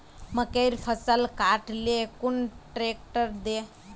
मकईर फसल काट ले कुन ट्रेक्टर दे?